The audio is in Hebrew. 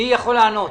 מי יכול לענות?